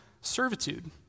servitude